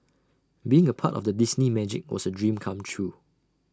being A part of the Disney magic was A dream come true